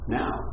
now